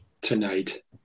Tonight